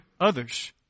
others